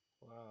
Wow